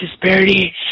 disparity